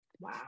Wow